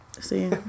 See